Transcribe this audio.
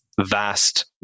vast